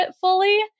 fully